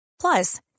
Plus